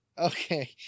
Okay